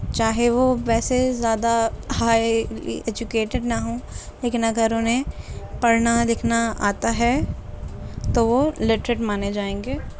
چاہے وہ ویسے زیادہ ہائی ایجوکیٹیڈ نہ ہوں لیکن اگر انہیں پڑھنا لکھنا آتا ہے تو وہ لٹریٹ مانے جائیں گے